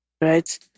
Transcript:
Right